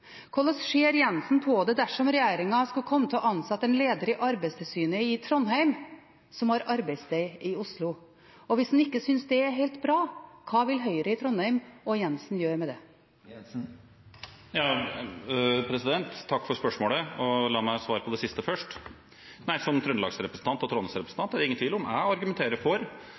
Hvordan ser Jenssen på det dersom regjeringen skulle komme til å ansette en leder i Arbeidstilsynet i Trondheim, som har arbeidssted i Oslo? Og hvis han ikke synes det er helt bra, hva vil Høyre i Trondheim og Jenssen gjøre med det? Takk for spørsmålet, og la meg svare på det siste først. Som Trøndelags-representant og Trondheims-representant er det ingen tvil om at jeg argumenterer for